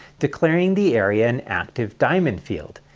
declaring the area an active diamond field,